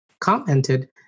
commented